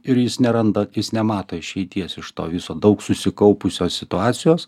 ir jis neranda jis nemato išeities iš to viso daug susikaupusio situacijos